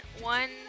one